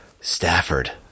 Stafford